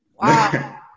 Wow